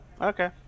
Okay